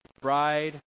Bride